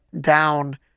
down